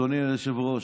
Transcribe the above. אדוני היושב-ראש,